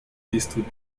действует